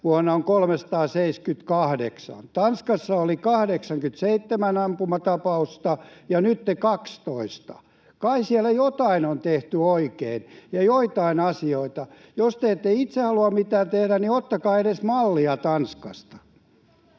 vuonna on 378. Tanskassa oli 87 ampumatapausta ja nytten 12. Kai siellä jotain on tehty oikein, joitain asioita? Jos te ette itse halua mitään tehdä, niin ottakaa edes mallia Tanskasta.